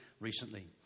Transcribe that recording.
recently